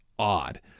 odd